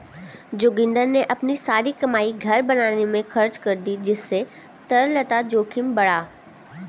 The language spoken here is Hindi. जोगिंदर ने अपनी सारी कमाई घर बनाने में खर्च कर दी जिससे तरलता जोखिम बढ़ा